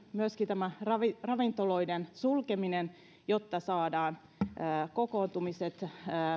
myöskin tämä ravintoloiden sulkeminen on välttämätöntä jotta saadaan kokoontumiset